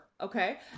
okay